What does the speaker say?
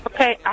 Okay